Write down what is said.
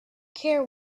care